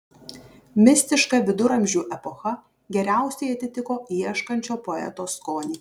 mistiška viduramžių epocha geriausiai atitiko ieškančio poeto skonį